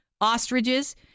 Ostriches